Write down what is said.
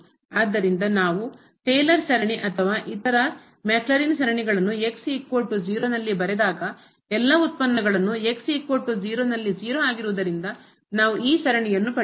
ಆದ್ದರಿಂದ ನಾವು ಟೇಲರ್ ಸರಣಿ ಅಥವಾ ಇತರ ಮ್ಯಾಕ್ಲೌರಿನ್ ಸರಣಿಗಳನ್ನು ನಲ್ಲಿ ಬರೆದಾಗ ಎಲ್ಲಾ ಉತ್ಪನ್ನಗಳನ್ನು ನಲ್ಲಿ 0 ಆಗಿರುವುದರಿಂದ ನಾವು ಈ ಸರಣಿಯನ್ನು ಪಡೆಯುತ್ತೇವೆ